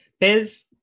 Biz